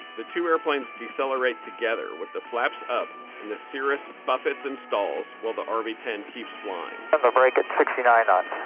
the two airplanes decelerate together with the flaps up and the cirrus buffets and stalls while the um rv ten keeps flying. have a break at sixty nine ah